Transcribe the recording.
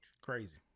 Crazy